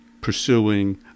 pursuing